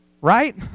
right